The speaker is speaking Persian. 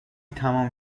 تمام